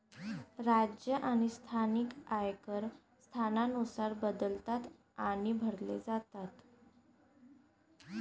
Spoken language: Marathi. राज्य आणि स्थानिक आयकर स्थानानुसार बदलतात आणि भरले जातात